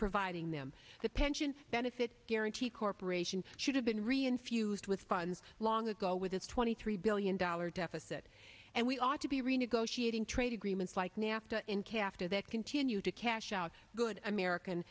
providing them the pension benefit guaranty corporation should have been reinforced with funds long ago with its twenty three billion dollars deficit and we ought to be renegotiating trade agreements like nafta and capture that continue to cash out good american